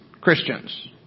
Christians